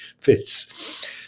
fits